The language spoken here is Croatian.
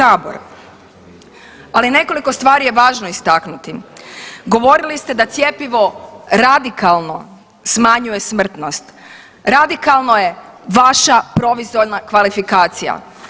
Ali nekoliko stvari je važno za istaknuti, govorili ste da cjepivo radikalno smanjuje smrtnost, radikalno je vaša proizvoljna kvalifikacija.